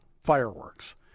fireworks